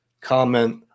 comment